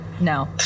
No